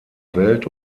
welt